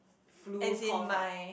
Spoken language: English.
flu cough ah